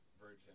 virgin